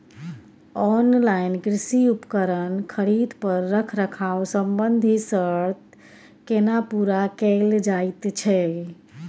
Online कृषि उपकरण खरीद पर रखरखाव संबंधी सर्त केना पूरा कैल जायत छै?